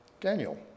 Daniel